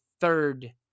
third